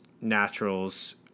naturals